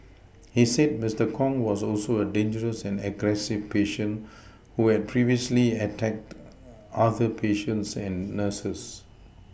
he said Mister Kong was also a dangerous and aggressive patient who had previously attacked other patients and nurses